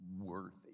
worthy